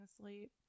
asleep